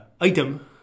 item